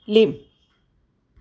lim